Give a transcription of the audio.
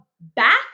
back